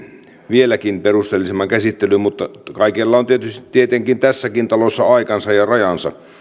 vieläkin perusteellisemman käsittelyn mutta kaikella on tietenkin tässäkin talossa aikansa ja rajansa